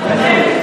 תודה.